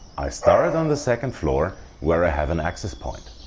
i start on the second floor where i have an access point.